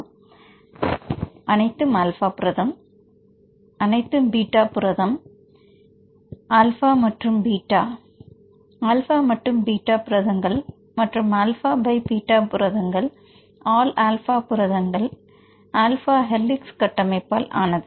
மாணவர் அனைத்தும் ஆல்ஃபா புரதம் அனைத்தும் ஆல்ஃபா புரதம் மாணவர் அனைத்தும் பீட்டா புரதம் அனைத்தும் பீட்டா புரதம் மாணவர் ஆல்ஃபா மற்றும் பீட்டா ஆல்பா மற்றும் பீட்டா புரதங்கள் மற்றும் ஆல்ஃபா பை பீட்டா புரதங்கள் ஆல் ஆல்ஃபா புரதங்கள் அளித்ததால் ஆல்ஃபா ஹெளிக்ஸ் கட்டமைப்பால் ஆனது